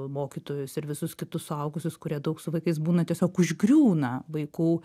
mokytojus ir visus kitus suaugusius kurie daug su vaikais būna tiesiog užgriūna vaikų